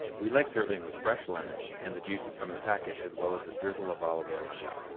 we like serving with fresh lemon and the juices from the packet as well as a drizzle of olive oil on top.